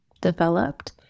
developed